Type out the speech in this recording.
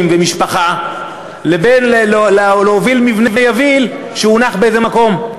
ומשפחה לבין להוביל מבנה יביל שהונח באיזה מקום.